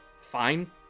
fine